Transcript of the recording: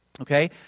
Okay